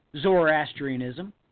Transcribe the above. Zoroastrianism